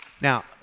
Now